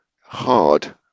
hard